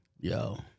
Yo